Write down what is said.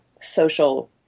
social